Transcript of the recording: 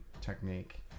technique